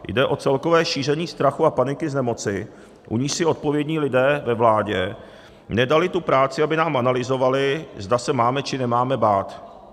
Jde o celkové šíření strachu a paniky z nemoci, u níž si odpovědní lidé ve vládě nedali tu práci, aby nám analyzovali, zda se máme či nemáme bát.